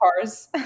cars